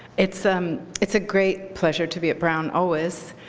it's um it's a great pleasure to be at brown, always.